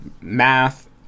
math